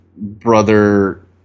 brother